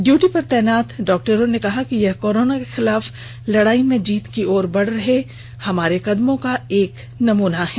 duty पर तैनात डॉक्टरों ने कहा कि यह कोरोना के खिलाफ लड़ाई में जीत की तरफ बढ़ रहे हमारे कदमों का एक नमूना है